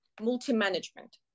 multi-management